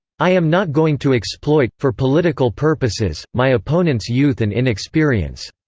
i am not going to exploit, for political purposes, my opponent's youth and inexperience,